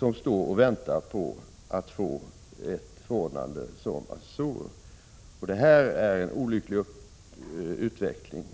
människor som väntar på att få ett förordnande som assessor. Det här är en olycklig utveckling.